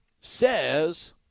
says